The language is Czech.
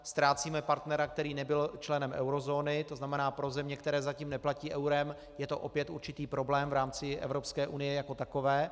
Ztrácíme partnera, který nebyl členem eurozóny, tzn. pro země, které zatím neplatí eurem, je to opět určitý problém v rámci Evropské unie jako takové.